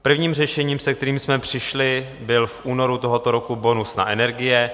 Prvním řešením, se kterým jsme přišli, byl v únoru tohoto roku bonus na energie.